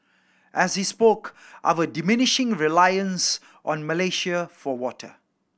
as he spoke our diminishing reliance on Malaysia for water